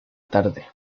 tarde